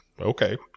Okay